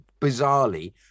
bizarrely